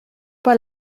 pas